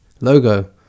logo